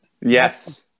Yes